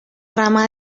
rama